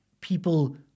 people